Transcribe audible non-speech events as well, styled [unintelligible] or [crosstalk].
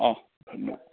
অহ্ [unintelligible]